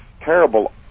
terrible